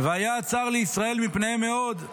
והיה צר לישראל מפניהם מאוד,